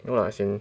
no lah as in